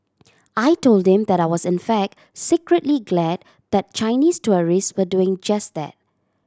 I told them that I was in fact secretly glad that Chinese tourists were doing just that